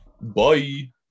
Bye